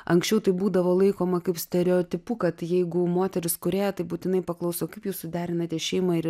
anksčiau tai būdavo laikoma kaip stereotipu kad jeigu moteris kūrėja tai būtinai paklaus o kaip jūs suderinate šeimą ir